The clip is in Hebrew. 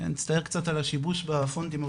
מצטער קצת על השיבוש בפונטים,